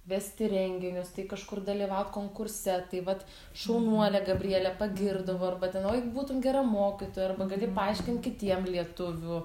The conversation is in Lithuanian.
vesti renginius tai kažkur dalyvaut konkurse tai vat šaunuolė gabrielė pagirdavo arba ten oi būtum gera mokytoja arba gali paaiškint kitiem lietuvių